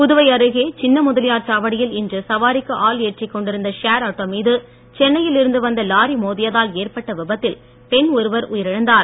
புதுவை அருகே சின்ன முதலியார் சாவடியில் இன்று சவாரிக்கு ஆள் ஏற்றிக்கொண்டிருந்த ஷேர் ஆட்டோ மீது சென்னையில் இருந்து வந்த லாரி மோதியதால் ஏ ற்பட்ட விபத்தில் பெண் ஒருவர் உயிர் இழந்தார்